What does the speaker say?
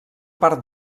part